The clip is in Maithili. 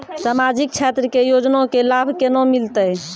समाजिक क्षेत्र के योजना के लाभ केना मिलतै?